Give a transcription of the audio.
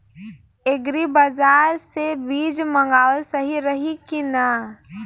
Agri Bazaar से बीज मंगावल सही रही की ना?